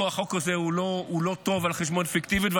החוק הזה על חשבוניות פיקטיביות הוא לא טוב.